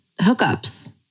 hookups